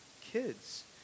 kids